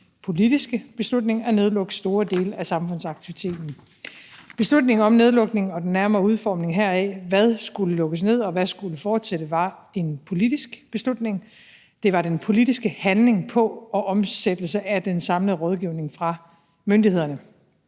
politiske beslutning at nedlukke store dele af samfundsaktiviteten. Beslutningen om nedlukning og den nærmere udformning heraf – hvad der skulle lukkes ned, og hvad der skulle fortsætte – var en politisk beslutning. Det var den politiske handling på og omsættelse af den samlede rådgivning fra myndighederne.